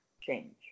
change